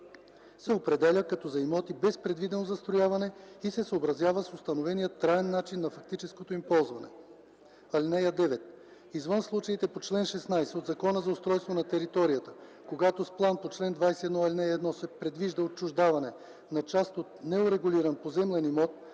се определя като за имоти без предвидено застрояване и се съобразява с установения траен начин на фактическото им ползване. (9) Извън случаите по чл. 16 от Закона за устройство на територията, когато с план по чл. 21, ал. 1 се предвижда отчуждаване на част от неурегулиран поземлен имот,